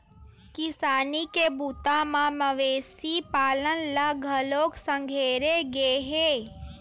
किसानी के बूता म मवेशी पालन ल घलोक संघेरे गे हे